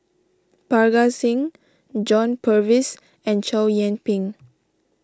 Parga Singh John Purvis and Chow Yian Ping